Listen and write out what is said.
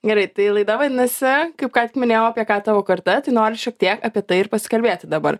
gerai tai laida vadinasi kaip ką tik minėjau apie ką tavo karta tai noriu šiek tiek apie tai ir pasikalbėti dabar